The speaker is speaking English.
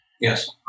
Yes